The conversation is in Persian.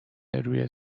روی